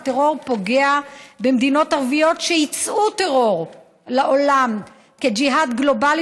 הטרור פוגע במדינות ערביות שייצאו טרור לעולם כג'יהאד גלובלי,